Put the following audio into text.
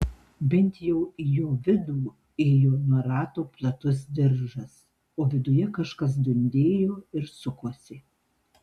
bent jau į jo vidų ėjo nuo rato platus diržas o viduje kažkas dundėjo ir sukosi